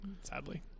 Sadly